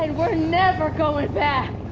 and we're never going back